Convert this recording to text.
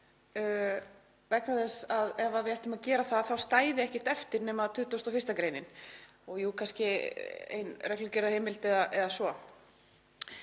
vegna þess að ef við ættum að gera það þá stæði ekkert eftir nema 21. gr. Jú, kannski ein reglugerðarheimild eða svo.